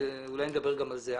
ואולי נדבר גם על זה.